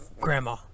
grandma